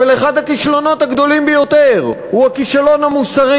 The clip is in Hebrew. אבל אחד הכישלונות הגדולים ביותר הוא הכישלון המוסרי.